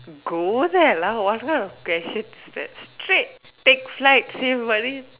go there lah what kind of question is that straight take flight save money